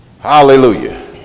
Hallelujah